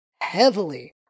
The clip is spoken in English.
heavily